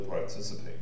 participate